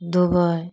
Dubai